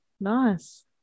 Nice